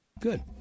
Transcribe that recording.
Good